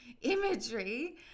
imagery